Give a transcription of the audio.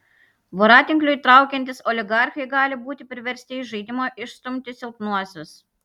voratinkliui traukiantis oligarchai gali būti priversti iš žaidimo išstumti silpnuosius